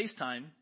FaceTime